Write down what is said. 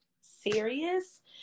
serious